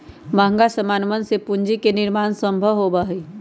महंगा समनवन से भी पूंजी के निर्माण सम्भव होबा हई